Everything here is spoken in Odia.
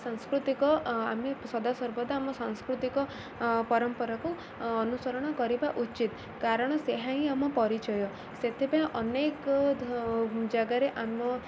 ସାଂସ୍କୃତିକ ଆମେ ସଦାସର୍ବଦା ଆମ ସାଂସ୍କୃତିକ ପରମ୍ପରାକୁ ଅନୁସରଣ କରିବା ଉଚିତ୍ କାରଣ ସେହା ହିଁ ଆମ ପରିଚୟ ସେଥିପାଇଁ ଅନେକ ଜାଗାରେ ଆମ